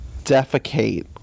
defecate